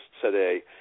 today